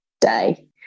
day